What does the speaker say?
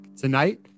Tonight